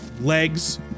legs